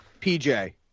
PJ